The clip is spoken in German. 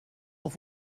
auf